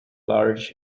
large